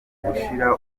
gushira